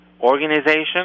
organization